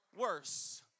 worse